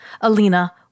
Alina